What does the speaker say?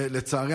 ולצערי,